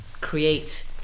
create